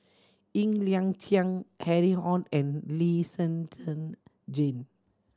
Ng Liang Chiang Harry Ord and Lee Shen Zhen Jane